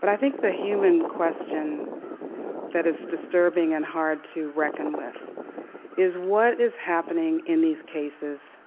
but i think the human question that is disturbing and hard to reckon with is what is happening in these cases